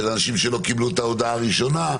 של אנשים שלא קיבלו את ההודעה הראשונה,